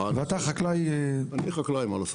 אני חקלאי, מה לעשות.